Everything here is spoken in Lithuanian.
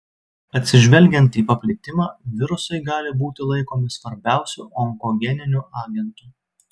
atsižvelgiant į paplitimą virusai gali būti laikomi svarbiausiu onkogeniniu agentu